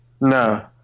No